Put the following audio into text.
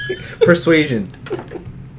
Persuasion